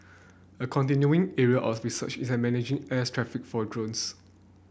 a continuing area of research is an managing airs traffic for drones